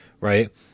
right